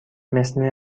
مثل